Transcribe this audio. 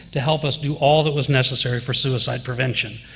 to help us do all that was necessary for suicide prevention.